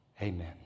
Amen